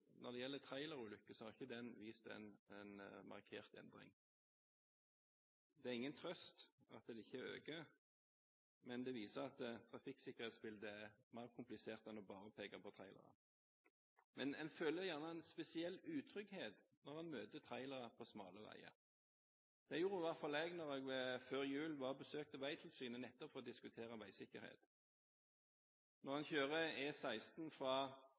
ikke øker, men det viser at trafikksikkerhetsbildet er mer komplisert enn bare å peke på trailere. Men en føler gjerne en spesiell utrygghet når en møter trailere på smale veier. Det gjorde i hvert fall jeg da jeg før jul besøkte Vegtilsynet for nettopp å diskutere veisikkerhet. Når en kjører E16 fra Bergen til Voss, er det ikke mye som skiller når en kjører en personbil og møter vogntog på vogntog som skal fra